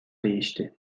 değişti